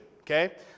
okay